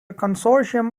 consortium